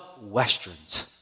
Westerns